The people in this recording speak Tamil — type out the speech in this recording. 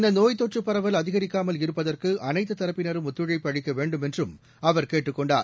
இந்தநோய் தொற்றுபரவல் அதிகரிக்காமல் இருப்பதற்குஅனைத்துதரப்பினரும் ஒத்துழைப்பு அளிக்கவேண்டுமென்றும் அவர் கேட்டுக் கொண்டார்